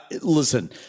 listen